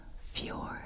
fjord